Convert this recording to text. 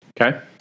Okay